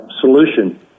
solution